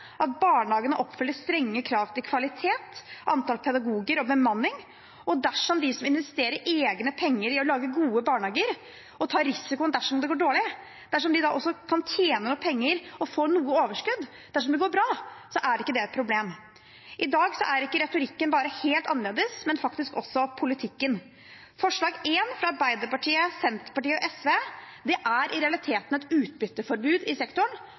at barnehagene oppfyller strenge krav til kvalitet, antall pedagoger og bemanning, og dersom de som investerer egne penger i å lage gode barnehager, tar risikoen dersom det går dårlig, og allikevel kan tjene noen penger og få noe overskudd dersom det går bra, er ikke det et problem. I dag er ikke bare retorikken helt annerledes, men faktisk også politikken. Forslag nr. 1 fra Arbeiderpartiet, Senterpartiet og SV er i realiteten et utbytteforbud i sektoren,